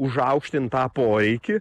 užaukštint tą poreikį